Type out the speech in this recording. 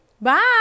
Bye